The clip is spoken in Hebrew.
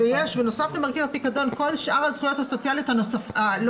אם אתה לא הולך, לא קרה כלום, לא